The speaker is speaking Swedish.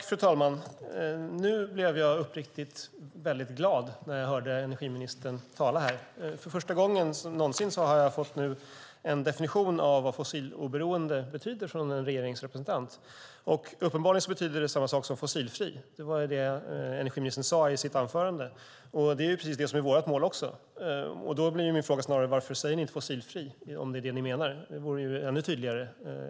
Fru talman! Jag blev uppriktigt glad när jag hörde energiministern tala här. För första gången någonsin har jag fått en definition av vad fossiloberoende betyder från en regeringsrepresentant. Uppenbarligen betyder det samma sak som fossilfri. Det var det energiministern sade i sitt anförande. Det är vårt mål också. Varför säger ni inte fossilfri om det är det ni menar? Det vore ännu tydligare.